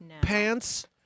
pants